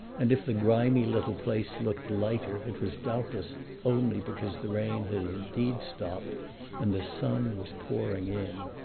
and if the grimy little place looked lighter it was doubtless only because the rain had indeed stopped and the sun was pouring in.